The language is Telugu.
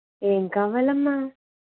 ఏం కావాలమ్మా